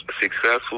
Successful